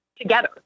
together